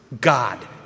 God